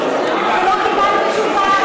אני אזכיר לכם מה כתבתי ליועץ המשפטי לממשלה